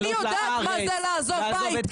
אני יודעת מה זה לעזוב בית.